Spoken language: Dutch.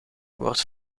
wordt